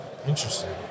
Interesting